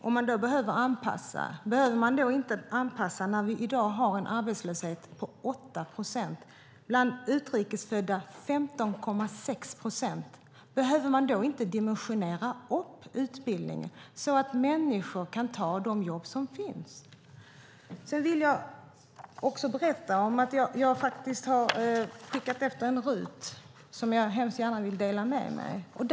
Fru talman! Det är bra, men behöver man då inte anpassa det när vi i dag har en arbetslöshet på 8 procent, bland utrikesfödda 15,6 procent? Behöver man då inte dimensionera upp utbildningen, så att människor kan ta de jobb som finns? Sedan vill jag också berätta att jag har skickat efter en RUT-utredning som jag hemskt gärna vill dela med mig av.